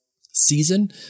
season